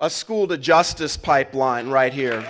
a school the justice pipeline right here